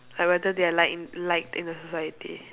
like whether they are like in liked in a society